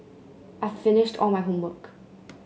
I've finished all my homework